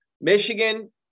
Michigan